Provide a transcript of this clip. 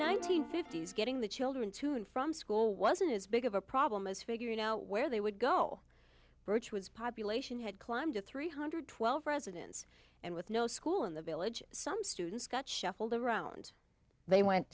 hundred fifty s getting the children to and from school wasn't as big of a problem is figuring out where they would go burch was population had climbed to three hundred twelve residents and with no school in the village some students got shuffled around they went